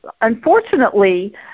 unfortunately